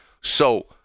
So-